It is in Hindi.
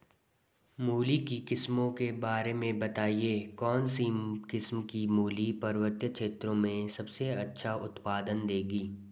मूली की किस्मों के बारे में बताइये कौन सी किस्म की मूली पर्वतीय क्षेत्रों में सबसे अच्छा उत्पादन देंगी?